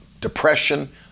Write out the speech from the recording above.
depression